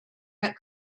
that